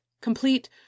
complete